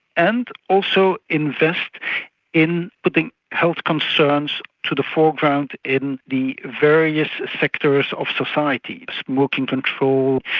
and also invest in putting health concerns to the foreground in the various sectors of societies, smoking control,